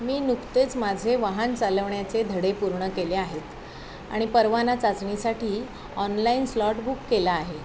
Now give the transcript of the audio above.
मी नुकतेच माझे वाहन चालवण्याचे धडे पूर्ण केले आहेत आणि परवाना चाचणीसाठी ऑनलाईन स्लॉट बुक केला आहे